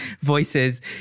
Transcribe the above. voices